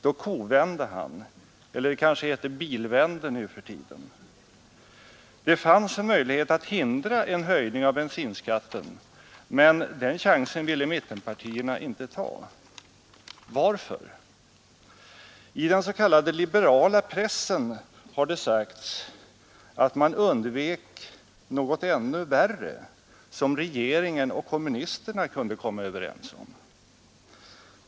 Då kovände han, eller kanske heter det ”bilvände” nu för tiden. Det fanns en möjlighet att hindra en höjning av bensinskatten, men den chansen ville mittenpartierna inte ta. Varför? I den s.k. liberala pressen har det sagts att man undvek något ännu värre, som regeringen och kommunisterna kunde komma överens om.